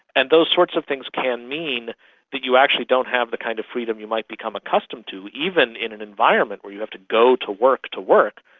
and those sorts of things can mean that you actually don't have the kind of freedom you might become accustomed to. even in an environment where you don't have to go to work to work,